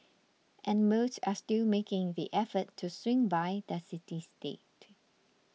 and most are still making the effort to swing by the city state